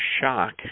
shock